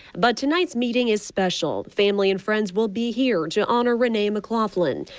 but tonight's meeting is special. family and friends will be here to honor renee mclaughlin,